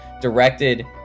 directed